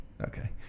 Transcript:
Okay